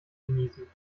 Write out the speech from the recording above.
genießen